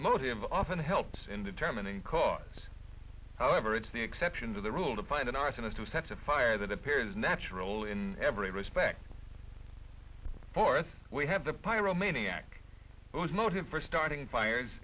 motive often helps in determining cause however it's the exception to the rule to find an arsonist who sets a fire that appears natural in every respect for us we have the pyromaniac it was motive for starting fires